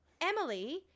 Emily